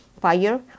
fire